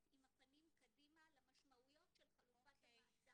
עם הפנים קדימה למשמעויות של חלופת המעצר.